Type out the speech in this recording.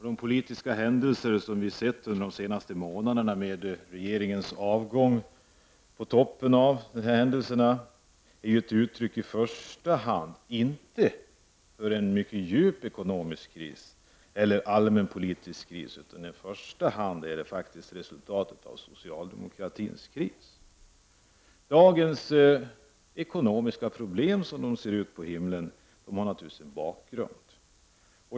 De politiska händelser som vi upplevt under de senaste månaderna, med regeringens avgång som huvudpunkt, är inte i första hand uttryck för en djup ekonomisk eller allmänpolitisk kris, utan i första hand ett resultat av socialdemokratins kris. Dagens ekonomiska problem har naturligtvis en bakgrund.